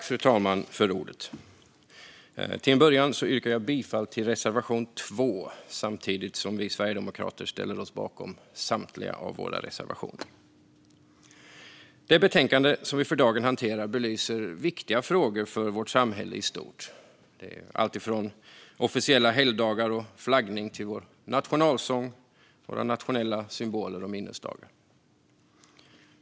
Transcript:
Fru talman! Till en början yrkar jag bifall till reservation 2, samtidigt som vi sverigedemokrater ställer oss bakom samtliga våra reservationer. Det betänkande som vi för dagen hanterar belyser viktiga frågor för vårt samhälle i stort. Det gäller alltifrån officiella helgdagar och flaggning till vår nationalsång, våra nationella symboler och minnesdagar.